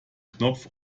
knopf